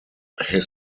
his